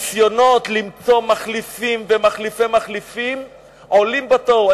הניסיונות למצוא מחליפים ומחליפי מחליפים עולים בתוהו.